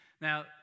Now